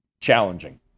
challenging